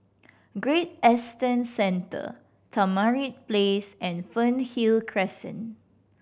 Great Eastern Center Tamarind Place and Fernhill Crescent